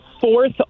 fourth